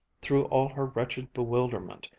through all her wretched bewilderment,